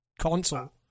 console